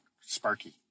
sparky